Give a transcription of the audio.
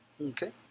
okay